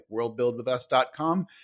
worldbuildwithus.com